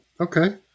Okay